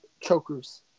chokers